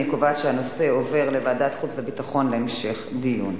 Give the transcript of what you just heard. אני קובעת שהנושא עובר לוועדת החוץ והביטחון להמשך דיון.